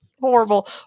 horrible